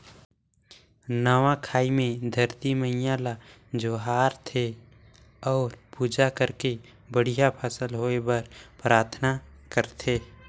नवा खाई मे धरती मईयां ल जोहार थे अउ पूजा करके बड़िहा फसल होए बर पराथना करथे